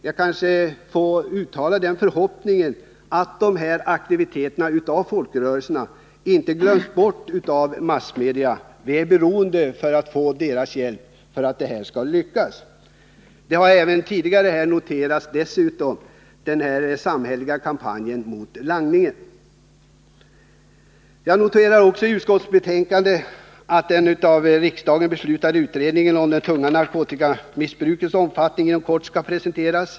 Jag kanske får uttala den förhoppningen att de här aktiviteterna av folkrörelserna inte glöms bort av massmedia — de behöver få massmedias hjälp för att deras arbete skall lyckas. Dessutom har här tidigare noterats den samhälleliga kampanjen mot langning. Jag noterar också i utskottsbetänkandet att den av riksdagen beslutade utredningen om det ”tunga” narkotikamissbrukets omfattning inom kort skall presenteras.